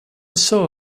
saw